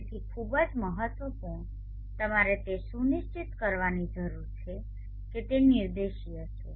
તેથી ખૂબ જ મહત્વપૂર્ણ તમારે તે સુનિશ્ચિત કરવાની જરૂર છે કે તે નિર્દેશીય છે